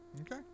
Okay